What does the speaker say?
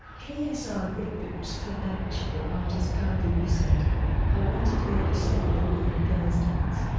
ksr group's flagship artist cardi b said i wanted to make a song that would make girls dance,